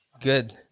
Good